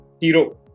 Hero